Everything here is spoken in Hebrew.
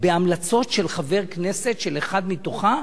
בהמלצות של חבר הכנסת, של אחד מתוכה,